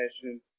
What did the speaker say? passion